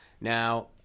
Now